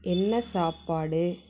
என்ன சாப்பாடு